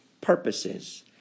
purposes